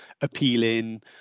appealing